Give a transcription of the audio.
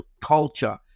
culture